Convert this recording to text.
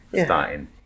starting